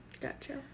gotcha